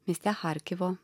mieste charkivo